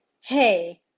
Hey